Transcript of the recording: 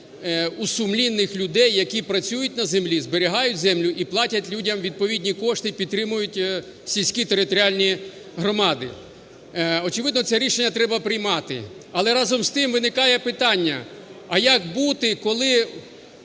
у сумлінних людей, які працюють на землі, зберігають землю і платять людям відповідні кошти, і підтримують сільські територіальні громади. Очевидно, це рішення треба приймати. Але, разом з тим, виникає питання: а як бути, коли